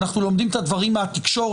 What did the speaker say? אנחנו לומדים על הדברים מהתקשורת,